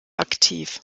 aktiv